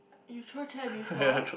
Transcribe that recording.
you throw chair before